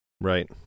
Right